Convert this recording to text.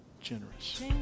generous